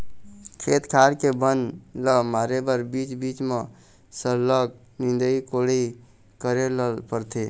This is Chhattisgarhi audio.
खेत खार के बन ल मारे बर बीच बीच म सरलग निंदई कोड़ई करे ल परथे